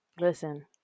Listen